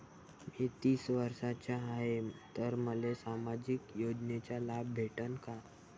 मी तीस वर्षाचा हाय तर मले सामाजिक योजनेचा लाभ भेटन का?